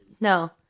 No